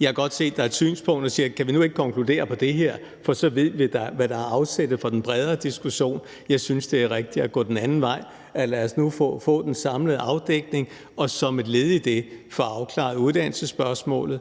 Jeg kan godt se, at der er et synspunkt, hvor man spørger: Kan vi nu ikke konkludere på det her? For så ved vi, hvad der er afsættet for den bredere diskussion. Jeg synes, det er rigtigt at gå den anden vej og sige: Lad os nu få den samlede afdækning og som et led i det få afklaret uddannelsesspørgsmålet.